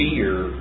fear